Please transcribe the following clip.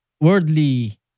worldly